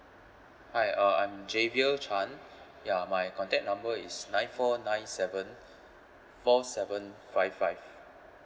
hi uh I'm javian chan ya my contact number is nine four nine seven four seven five five